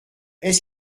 est